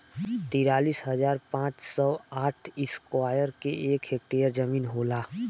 तिरालिस हजार पांच सौ और साठ इस्क्वायर के एक ऐकर जमीन होला